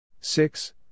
six